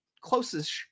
closest